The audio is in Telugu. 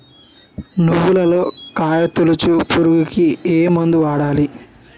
నువ్వులలో కాయ తోలుచు పురుగుకి ఏ మందు వాడాలి?